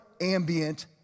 ambient